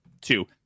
two